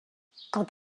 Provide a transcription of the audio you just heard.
quand